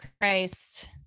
Christ